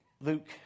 Luke